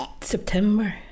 September